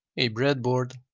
a breadboard,